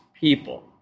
people